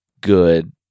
good